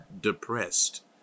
depressed